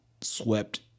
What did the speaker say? swept